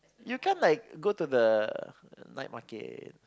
you can like go to the night market